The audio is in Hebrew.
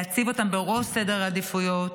להציב אותם בראש סדר העדיפויות.